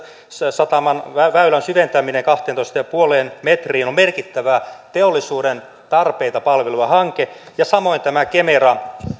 sataman väylän syventäminen kahteentoista pilkku viiteen metriin on merkittävä teollisuuden tarpeita palveleva hanke ja samoin tämä kemera